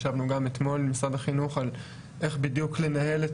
ישבנו גם אתמול עם משרד החינוך על איך בדיוק לנהל את